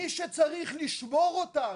מי שצריך לשמור אותנו.